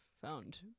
found